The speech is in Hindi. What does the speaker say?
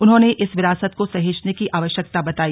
उन्होंने इस विरासत को सहेजने की आवश्यकता बताई